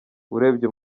urebye